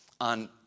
On